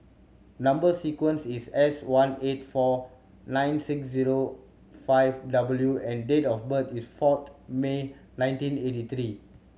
number sequence is S one eight four nine six zero five W and date of birth is fourth May nineteen eighty three